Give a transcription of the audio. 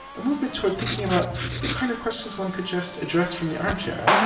a movement toward thinking about the kind of questions one could just address from the armchair.